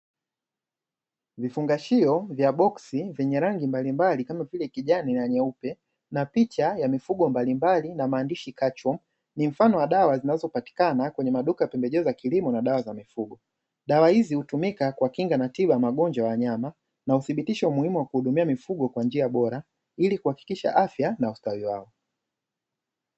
Vifungashio vya boksi vyenye rangi mbalimbali, kama vile kijani na nyeupe na picha ya mifugo mbalimbali na maandishi; ni mfano wa dawa zinazopatikana kwenye maduka ya pembejeo za kilimo na dawa za mifugo. Dawa hizi hutumika kuwakinga na tiba ya magonjwa ya wanyama, na kuthibitisha umuhimu wa kuhudumia mifugo kwa njia bora, ili kuhakikisha afya na ustawi wao.